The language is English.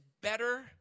better